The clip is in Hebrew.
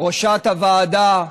ראשת הוועדה,